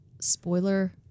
spoiler